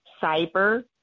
cyber